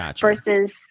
versus